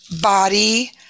body